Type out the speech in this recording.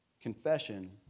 Confession